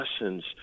lessons